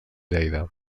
lleida